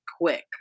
quick